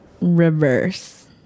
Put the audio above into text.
reverse